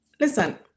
listen